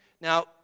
Now